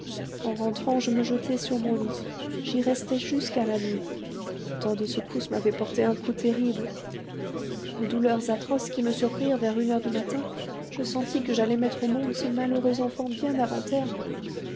en rentrant je me jetai sur mon lit j'y restai jusqu'à la nuit tant de secousses m'avaient porté un coup terrible aux douleurs atroces qui me surprirent vers une heure du matin je sentis que j'allais mettre au monde ce malheureux enfant bien avant terme